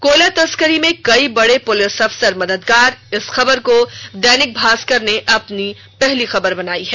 कोयला तस्करी में कई बड़े पुलिस अफसर मददगार इस खबर को दैनिक भास्कर ने अपनी पहली खबर बनायी है